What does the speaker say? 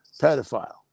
pedophile